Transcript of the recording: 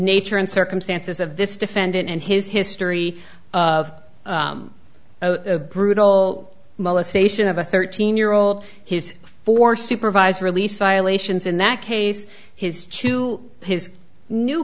nature and circumstances of this defendant and his history of a brutal molestation of a thirteen year old his for supervised release violations in that case his to his new